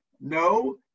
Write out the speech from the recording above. no